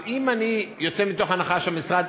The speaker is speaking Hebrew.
אז אם אני יוצא מתוך הנחה שהמשרד,